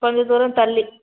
கொஞ்சம் தூரம் தள்ளி